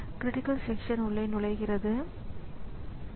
எனவே இந்த device controller கிடைத்துள்ளது